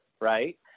right